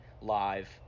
live